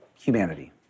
humanity